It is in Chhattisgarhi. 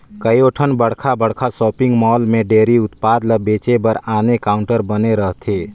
कयोठन बड़खा बड़खा सॉपिंग मॉल में डेयरी उत्पाद ल बेचे बर आने काउंटर बने रहथे